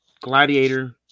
Gladiator